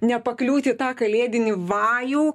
nepakliūt į tą kalėdinį vajų